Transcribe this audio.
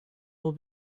will